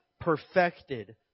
perfected